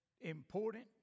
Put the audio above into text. important